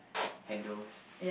seat handles